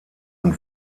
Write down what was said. und